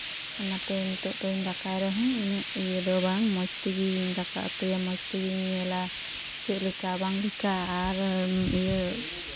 ᱚᱱᱟᱛᱮ ᱱᱤᱛᱚᱜ ᱫᱚᱧ ᱫᱟᱠᱟᱭ ᱨᱮᱦᱚᱸᱧ ᱩᱱᱟᱹᱜ ᱤᱭᱟᱹ ᱫᱚ ᱵᱟᱝ ᱢᱚᱡᱽ ᱛᱮᱜᱮᱧ ᱫᱟᱠᱟ ᱩᱛᱩᱭᱟ ᱢᱚᱡᱽ ᱛᱮᱜᱮᱧ ᱧᱮᱞᱟ ᱪᱮᱫ ᱞᱮᱠᱟ ᱵᱟᱝ ᱞᱮᱠᱟ ᱟᱨ ᱤᱭᱟᱹ